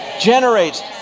Generates